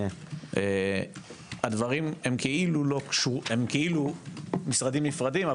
הדברים כאילו משרדים נפרדים,